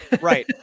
Right